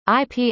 ip